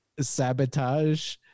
sabotage